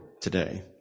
today